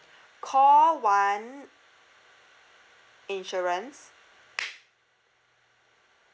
call one insurance